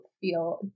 feel